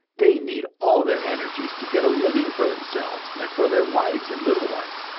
they need all their energies to get a living for themselves and for their wives and little ones.